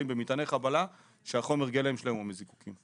במטעני חבלה שהחומר גלם שלהם הוא מזיקוקין.